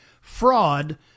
fraud